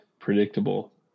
predictable